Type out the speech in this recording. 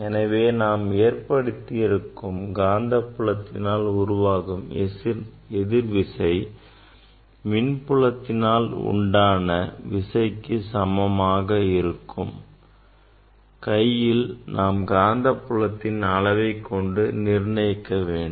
எனவே நாம் ஏற்படுத்தியிருக்கும் காந்தப்புலத்தினால் உருவாகும் எதிர் விசை மின்புலத்தினால் உண்டான விசைக்கு சமமாக இருக்கம் வகையில் நாம் காந்தப் புலத்தின் அளவை நிர்ணயிக்க வேண்டும்